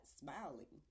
smiling